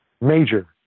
major